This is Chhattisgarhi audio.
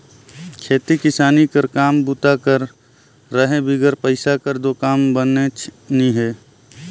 खेती किसानी कर काम बूता कर रहें बिगर पइसा कर दो काम बननेच नी हे